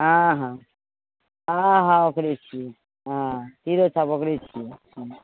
हँ हँ हँ हँ ओकरे छियै हँ तीरो छाप ओकरे छियै